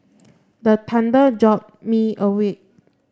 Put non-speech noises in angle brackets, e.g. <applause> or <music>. the <unintelligible> jolt me awake